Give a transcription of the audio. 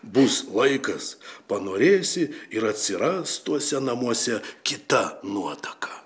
bus laikas panorėsi ir atsiras tuose namuose kita nuotaka